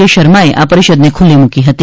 કે શર્માએ આ પરિષદને ખુલ્લી મુકી હતી